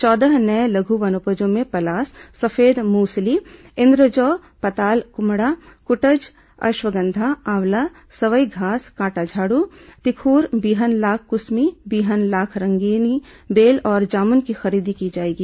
चौदह नये लघु वनोपजों में पलास सफेद मूसली इंद्रजौ पताल कुम्हड़ा कुटज अश्वगंधा आवला सवई घास कांटा झाड़ तिखूर बीहन लाख क्समी बीहन लाख रंगीनी बेल और जामुन की खरीदी की जाएगी